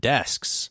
Desks